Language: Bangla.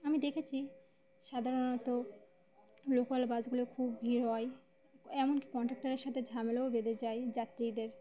আমি দেখেছি সাধারণত লোকাল বাসগুলোয় খুব ভিড় হয় এমনকি কন্ডাক্টরের সাথে ঝামেলাও বেঁধে যায় যাত্রীদের